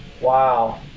Wow